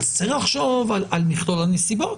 צריך לחשוב על מכלול הנסיבות.